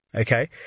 okay